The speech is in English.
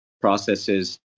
processes